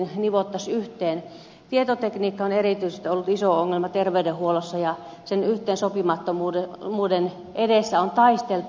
erityisesti tietotekniikka on ollut iso ongelma terveydenhuollossa ja sen yhteensopimattomuuden edessä on taisteltu